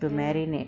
to marinade